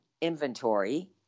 inventory